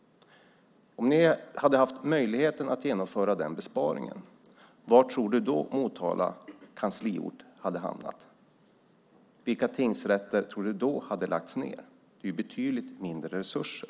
Om ni hade haft möjlighet att genomföra den besparingen, var tror Fredrik Olovsson att Motala kansliort då hade hamnat? Vilka tingsrätter tror han hade lagts ned i så fall? Det handlar om betydligt mindre resurser.